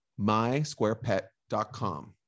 mysquarepet.com